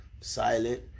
silent